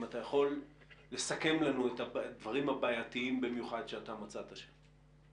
אם אתה יכול לסכם לנו את הדברים הבעייתיים במיוחד שאתה מצאת שם.